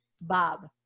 bob